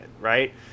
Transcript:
right